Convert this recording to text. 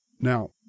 Now